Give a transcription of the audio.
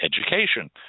education